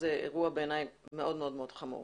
שבעיניי זה אירוע מאוד מאוד חמור.